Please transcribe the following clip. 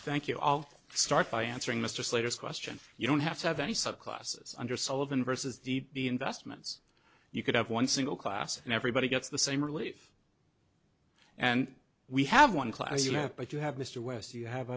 thank you i'll start by answering mr slater's question you don't have to have any subclasses under sullivan versus the investments you could have one single class and everybody gets the same relief and we have one class you have but you have mr west you have